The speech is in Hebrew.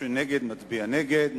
מי שנגד מצביע נגד.